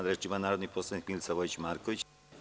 Reč ima narodni poslanik Milica Vojić Marković.